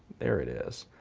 there it is,